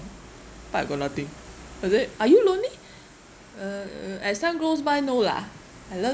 but I got nothing is it are you lonely uh as time goes by no lah I learn